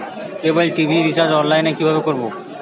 কেবল TV recharge online এ কিভাবে করব?